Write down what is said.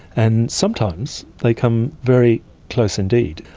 and sometimes, they come very close indeed.